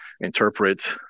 interpret